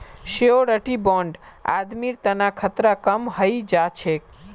surety bond आदमीर तना खतरा कम हई जा छेक